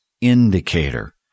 indicator